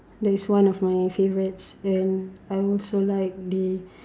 that's one of my favourites and I also like the